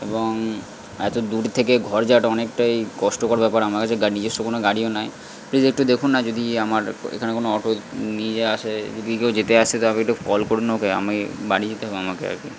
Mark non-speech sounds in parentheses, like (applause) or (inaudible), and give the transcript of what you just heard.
এবং এত দূর থেকে ঘর যাওয়াটা অনেকটাই কষ্টকর ব্যাপার আমার কাছে (unintelligible) নিজস্ব কোনো গাড়িও নাই প্লিজ একটু দেখুন না যদি আমার এখানে কোনো অটো নিয়ে আসে যদি কেউ যেতে আসে তাহলে একটু কল করুন না ওকে আমি বাড়ি যেতে হবে আমাকে আর কি